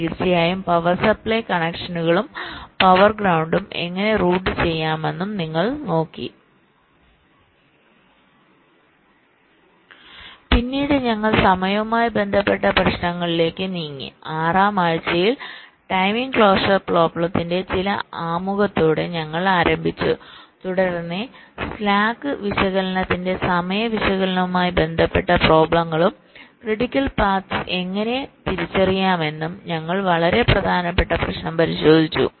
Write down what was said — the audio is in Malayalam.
തീർച്ചയായും പവർ സപ്ലൈ കണക്ഷനുകളും പവറും ഗ്രൌണ്ടും എങ്ങനെ റൂട്ട് ചെയ്യാമെന്നും നിങ്ങൾ നോക്കി പിന്നീട് ഞങ്ങൾ സമയവുമായി ബന്ധപ്പെട്ട പ്രശ്നങ്ങളിലേക്ക് നീങ്ങി 6 ാം ആഴ്ചയിൽ ടൈമിംഗ് ക്ലോഷർ പ്രോബ്ളത്തിന്റെ ചില ആമുഖത്തോടെ ഞങ്ങൾ ആരംഭിച്ചു തുടർന്ന് സ്ലാക്ക് വിശകലനത്തിന്റെ സമയ വിശകലനവുമായി ബന്ധപ്പെട്ട പ്രോബ്ളങ്ങളും ക്രിട്ടിക്കൽ പാത്സ് എങ്ങനെ തിരിച്ചറിയാമെന്നും ഞങ്ങൾ വളരെ പ്രധാനപ്പെട്ട പ്രശ്നം പരിശോധിച്ചു